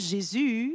Jésus